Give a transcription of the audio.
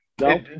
No